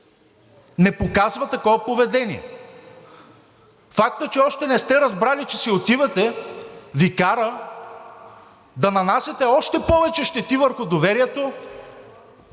не показва такова поведение. Фактът, че още не сте разбрали, че си отивате, Ви кара да нанасяте още повече щети върху доверието